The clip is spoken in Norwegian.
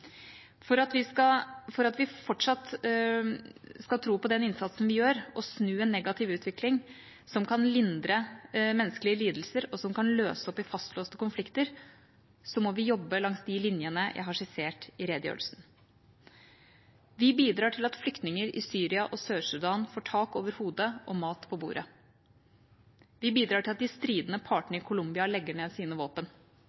at vi fortsatt skal tro på den innsatsen vi gjør, og snu en negativ utvikling som kan lindre menneskelige lidelser, og som kan løse opp fastlåste konflikter, må vi jobbe langs de linjene jeg har skissert i redegjørelsen. Vi bidrar til at flyktninger i Syria og Sør-Sudan får tak over hodet og mat på bordet. Vi bidrar til at de